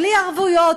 בלי ערבויות,